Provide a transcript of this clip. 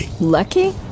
Lucky